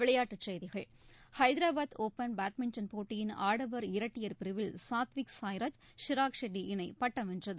விளையாட்டுச் செய்கிகள் Hyderabad open badminton போட்டியின் ஆடவர் இரட்டையர் பிரிவில் சாத்விக் சாய்ராஜ் சிராக்ஷெட்ட இணைட்டம் வென்றது